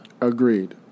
Agreed